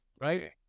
right